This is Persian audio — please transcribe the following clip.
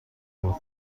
برد